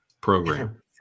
program